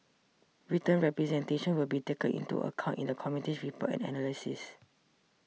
written representations will be taken into account in the Committee's report and analysis